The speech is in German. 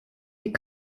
die